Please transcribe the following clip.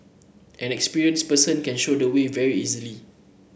an experienced person can show the way very easily